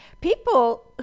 people